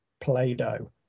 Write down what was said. Play-Doh